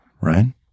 right